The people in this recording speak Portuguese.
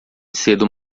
cedo